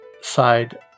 side